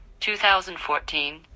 2014